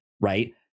right